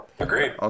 Agreed